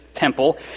temple